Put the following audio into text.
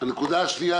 הנקודה השנייה,